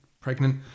pregnant